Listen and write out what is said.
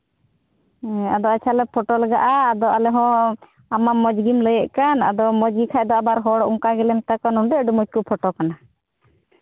ᱦᱮᱸ ᱟᱫᱚ ᱟᱪᱪᱷᱟ ᱞᱮ ᱯᱷᱳᱴᱳ ᱞᱟᱜᱟᱜᱼᱟ ᱟᱫᱚ ᱟᱞᱮ ᱦᱚᱸ ᱟᱢ ᱢᱟ ᱢᱚᱡᱽ ᱜᱮᱢ ᱞᱟᱹᱭᱮᱫ ᱠᱟᱱ ᱟᱫᱚ ᱢᱚᱡᱽ ᱜᱮᱠᱷᱟᱱ ᱫᱚ ᱟᱵᱟᱨ ᱦᱚᱲ ᱚᱱᱠᱟ ᱜᱮᱞᱮ ᱢᱮᱛᱟ ᱠᱚᱣᱟ ᱱᱚᱰᱮ ᱟᱹᱰᱤ ᱢᱚᱡᱽ ᱠᱚ ᱯᱷᱳᱴᱳ ᱠᱟᱱᱟ